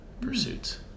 pursuits